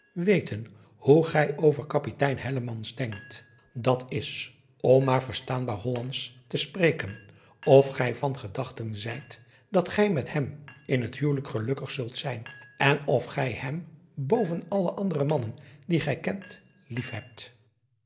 weten hoe gij over apitein denkt dat is om maar verstaanbaar ollandsch te spreken of gij van gedachten zijt dat gij met hem in het huwelijk gelukkig zult zijn en of gij hem boven alle andere mannen die gij kent